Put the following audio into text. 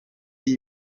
iyi